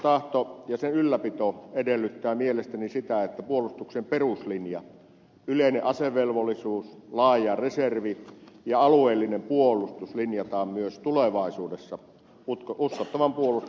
maanpuolustustahto ja sen ylläpito edellyttävät mielestäni sitä että puolustuksen peruslinja yleinen asevelvollisuus laaja reservi ja alueellinen puolustus linjataan myös tulevaisuudessa uskottavan puolustuksen keskiöön